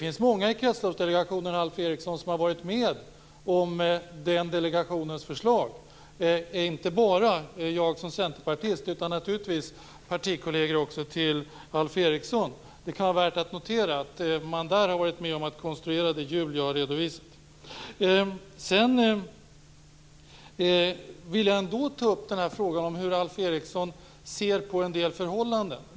Det är många i Kretsloppsdelegationen som har varit med om delegationens förslag, inte bara jag som centerpartist utan naturligtvis också partikolleger till Alf Eriksson. Det kan vara värt att notera att man där har varit med om att konstruera det hjul som jag har redovisat. Sedan vill jag ändå ta upp frågan hur Alf Eriksson ser på en del förhållanden.